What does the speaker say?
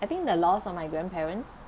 I think the loss of my grandparents